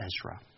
Ezra